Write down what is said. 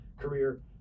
career